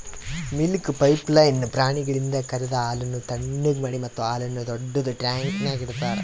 milk pipeline ಪ್ರಾಣಿಗಳಿಂದ ಕರೆದ ಹಾಲನ್ನು ಥಣ್ಣಗ್ ಮಾಡಿ ಮತ್ತ ಹಾಲನ್ನು ದೊಡ್ಡುದ ಟ್ಯಾಂಕ್ನ್ಯಾಗ್ ಇಡ್ತಾರ